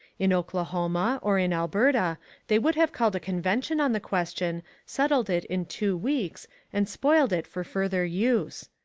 in oklahoma or in alberta they would have called a convention on the question, settled it in two weeks and spoiled it for further use.